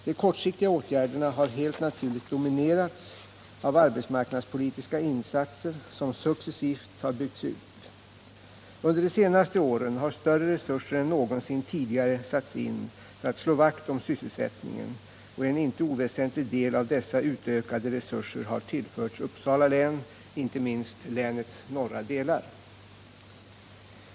De kortsiktiga åtgärderna har helt naturligt dominerats av arbetsmarknadspolitiska insatser som successivt har byggts ut. Under de senaste åren har större resurser än någonsin tidigare satts in för att slå vakt om sysselsättningen, och en inte oväsentlig del av dessa utökade resurser har tillförts Uppsala län, inte minst länets norra delar.